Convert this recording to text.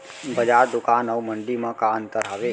बजार, दुकान अऊ मंडी मा का अंतर हावे?